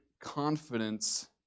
confidence